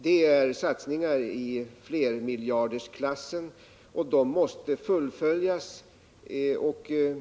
Det är satsningar i flermiljarderklassen, och de måste fullföljas.